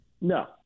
No